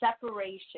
separation